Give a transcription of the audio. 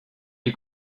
die